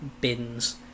bins